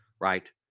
right